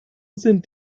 sind